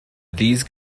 these